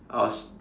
I was